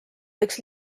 võiks